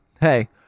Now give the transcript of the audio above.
hey